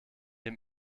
dem